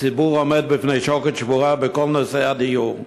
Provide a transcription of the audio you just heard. הציבור עומד בפני שוקת שבורה בכל נושא הדיור.